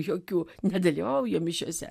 jokių nedalyvauja mišiose